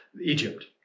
Egypt